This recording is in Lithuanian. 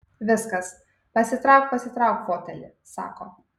viskas pasitrauk pasitrauk fotelį sako